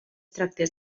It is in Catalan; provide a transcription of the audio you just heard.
tractés